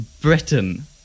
Britain